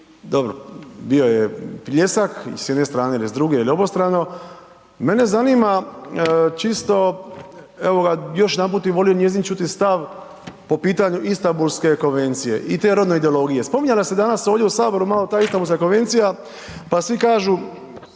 dobro bio je pljesak i s jedne strane il s druge strane ili obostrano, mene zanima čisto evo ga još jedanput bi volio njezin čuti stav po pitanju Istambulske konvencije i te rodne ideologije. Spominjala se danas ovdje u HS malo ta Istambulska konvencija, pa svi kažu